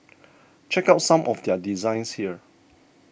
check out some of their designs here